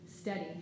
steady